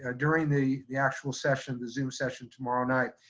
ah during the the actual session, the zoom session tomorrow night.